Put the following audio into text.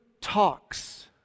talks